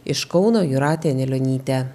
iš kauno jūratė anilionytė